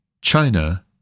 China